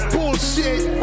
Bullshit